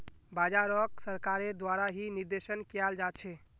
बाजारोक सरकारेर द्वारा ही निर्देशन कियाल जा छे